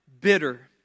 bitter